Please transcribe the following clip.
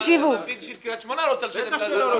תנו בבקשה --- גם ה-BIG של קרית שמונה רוצה --- בטח שהם לא רוצים,